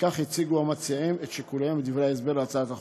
וכך הציגו המציעים את שיקוליהם בדברי ההסבר להצעת החוק: